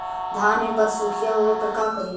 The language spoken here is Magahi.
धान मे पत्सुखीया होबे पर का करि?